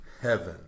heaven